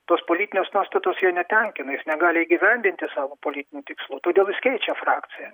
tos politinės nuostatos jo netenkina jis negali įgyvendinti savo politinių tikslų todėl jis keičia frakciją